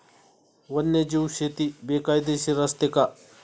वन्यजीव शेती बेकायदेशीर असते का?